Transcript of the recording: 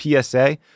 PSA